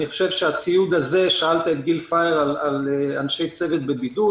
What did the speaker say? אני חושב שהציוד הזה שאלת את גיל פייר על אנשי צוות בבידוד,